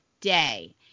day